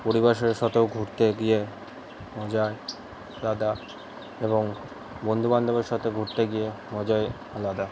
পরিবারের সাথেও ঘুরতে গিয়ে মজা আলাদা এবং বন্ধুবান্ধবের সাথে ঘুরতে গিয়ে মজাই আলাদা